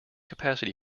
capacity